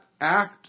act